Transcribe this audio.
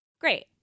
Great